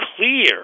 clear